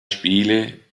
spiele